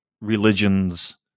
religions